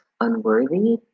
unworthy